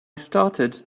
started